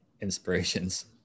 inspirations